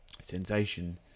sensation